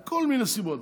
מכל מיני סיבות.